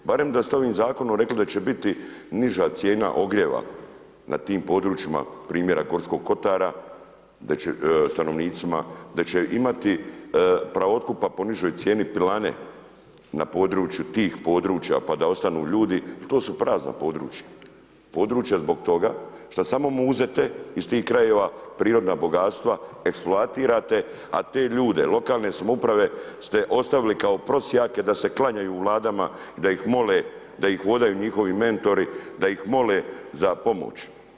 Barem da ste ovim zakonom rekli da će biti niža cijena ogrjeva na tim područjima primjera Gorskog kotara, stanovnicima, da će imati, pravo otkupa po nižoj cijeni pilane na području tih područja pa da ostanu ljudi jer to su prazna područja, područja zbog toga što samo muzete iz tih krajeva prirodna bogatstva, eksploatirate a te ljude lokalne samouprave ste ostavili kao prosjeke da se klanjaju u Vladama i da ih mole, da ih vodaju njihovi mentori, da ih vode za pomoć.